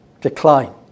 decline